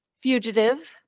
Fugitive